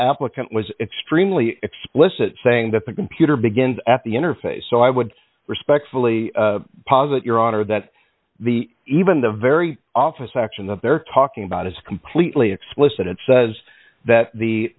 applicant was extremely explicit saying that the computer begins at the interface so i would respectfully posit your honor that the even the very office action that they're talking about is completely explicit it says that the